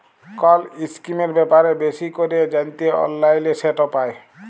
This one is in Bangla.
কল ইসকিমের ব্যাপারে বেশি ক্যরে জ্যানতে অললাইলে সেট পায়